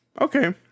Okay